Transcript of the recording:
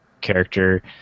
character